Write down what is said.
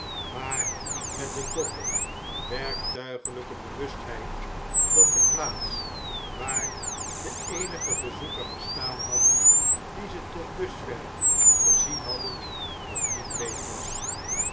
maar met de done werktuigljjke bewustheid dat de plaats waar de eenige bezoeker gestaan had dien ze tot dusver gezien hadden nog niet leeg was